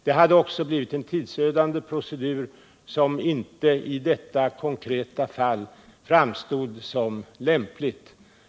Det hade blivit en tidsödande procedur som i detta konkreta fall inte framstod som lämplig.